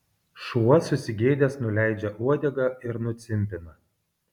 šuo susigėdęs nuleidžia uodegą ir nucimpina